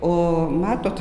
o matot